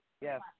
yes